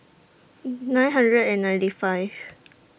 nine hundred and ninety five